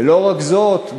ולא רק זאת,